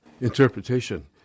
interpretation